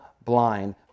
blind